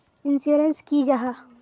Insurance की जाहा?